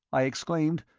i exclaimed.